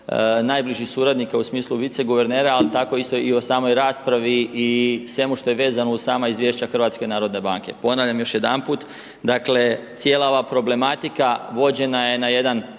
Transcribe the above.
najbližih suradnika u smislu vice guvernera ali tako isto i o samoj raspravi svemu što je vezano uz sama izvješća HNB-a. Ponavljam još jedanput, dakle cijela ova problematika vođena je na jedan